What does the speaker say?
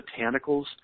botanicals